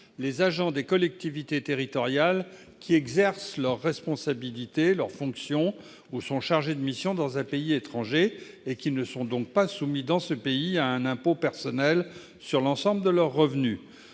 les agents des collectivités territoriales qui exercent leurs fonctions ou sont chargés de mission dans un pays étranger et qui ne sont pas soumis, dans ce pays, à un impôt personnel sur l'ensemble de leurs revenus.